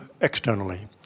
externally